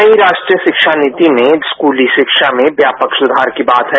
नई राष्ट्रीय शिक्षा नीति में स्कूली शिक्षा में व्यापक सुधार की बात है